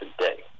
today